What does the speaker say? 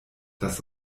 das